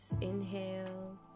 Inhale